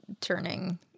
Turning